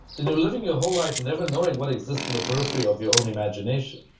then you're living your whole life never knowing what exists on the periphery of your own imagination.